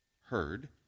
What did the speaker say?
heard